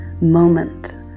moment